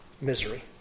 misery